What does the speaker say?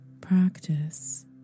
practice